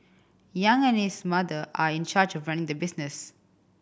Yang and his mother are in charge of running the business